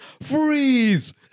Freeze